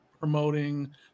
promoting